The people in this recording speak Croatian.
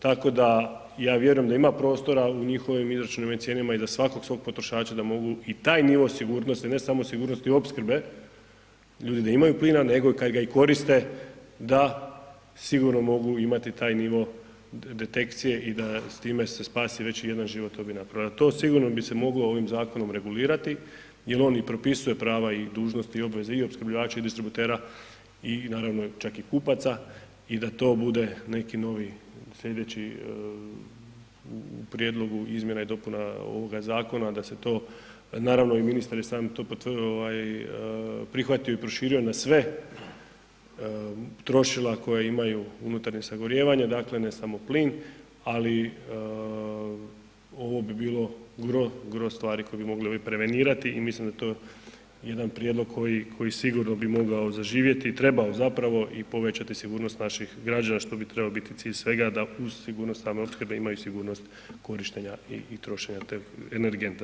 Tako da ja vjerujem da ima prostora u njihovim izračunima i cijenama i da svakog svog potrošača da mogu i taj nivo sigurnosti, ne samo sigurnosti opskrbe, ljudi da imaju plina nego i kad ga koriste da sigurno mogu imati taj nivo detekcije i da s time se spasi već i jedan život, to bi napravilo, to sigurno bi se moglo ovim zakonom regulirati jer on i propisuje prava i dužnosti i obveze i opskrbljivača i distributera i naravno čak i kupaca i da to bude neki novi slijedeći u prijedlogu izmjena i dopuna ovoga zakona da se to naravno i ministar je sam to ovaj prihvatio i proširio na sve trošila koja imaju unutarnje sagorijevanje, dakle ne samo plin, ali ovo bi bilo gro, gro stvari koje bi mogli prevenirati i mislim da to jedan prijedlog koji sigurno bi mogao zaživjeti, trebao zapravo i povećati sigurnost naših građana što bi trebao biti cilj svega, da uz sigurnost same opskrbe imaju i sigurnost korištenja i trošenje energenta.